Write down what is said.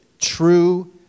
true